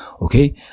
okay